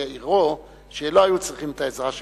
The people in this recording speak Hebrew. עירו שלא היו צריכים את העזרה שלנו,